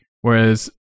whereas